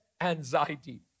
anxiety